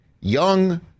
young